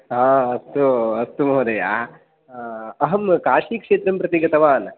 हा अस्तु अस्तु महोदय अहं काशीक्षेत्रं प्रति गतवान्